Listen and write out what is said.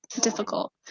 difficult